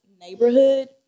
neighborhood